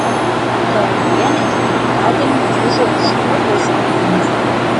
karalienė ketvirtadienį grįžo iš škotijos į vindzorą